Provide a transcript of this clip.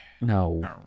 no